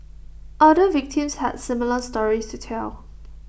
other victims has similar stories to tell